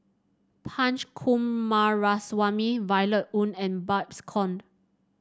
Punch Coomaraswamy Violet Oon and Babes Conde